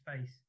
face